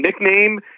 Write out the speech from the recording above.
Nickname